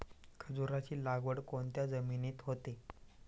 खजूराची लागवड कोणत्या जमिनीत होते?